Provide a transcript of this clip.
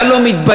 אתה לא מתבייש,